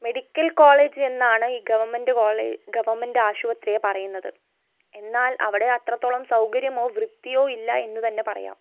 medical college എന്നാണ് ഈ government college government ആശുപത്രിയെ പറയുന്നത് എന്നാൽ അവിടെ അത്രത്തോളം സൗകര്യമോ വൃത്തിയോ ഇല്ല എന്നുതന്നെ പറയാം